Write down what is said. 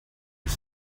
des